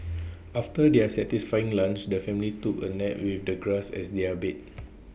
after their satisfying lunch the family took A nap with the grass as their bed